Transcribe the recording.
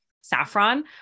saffron